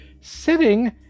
sitting